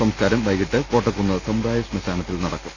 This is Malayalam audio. സംസ്കാരം വൈകീട്ട് കോട്ടക്കുന്ന് സമുദായ ശ്മശാനത്തിൽ നടക്കും